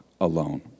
alone